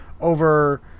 over